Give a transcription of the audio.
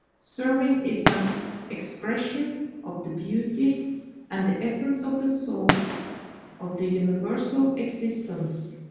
serving is an expression of the beauty and the essence of the soul of the universal existence.